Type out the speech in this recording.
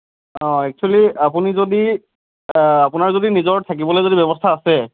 actually আপুনি যদি আপোনাৰ যদি নিজৰ থাকিবলৈ যদি ব্যৱস্থা আছে